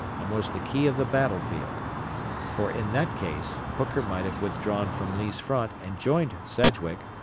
and was the key of the battle-field for in that case hooker might have withdrawn from lee's front and joined sedgwick,